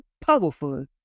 powerful